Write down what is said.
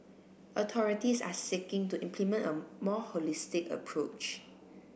authorities are seeking to implement a more holistic approach